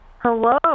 Hello